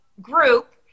group